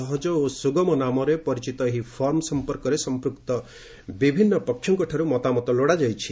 ସହଜ ଓ ସୁଗମ ନାମରେ ପରିଚିତ ଏହି ଫର୍ମ ସମ୍ପର୍କରେ ସମ୍ପୁକ୍ତ ବିଭିନ୍ନ ପକ୍ଷଙ୍କଠାରୁ ମତାମତ ଲୋଡ଼ା ଯାଇଛି